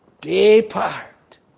Depart